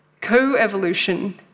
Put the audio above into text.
co-evolution